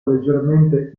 leggermente